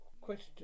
question